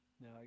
No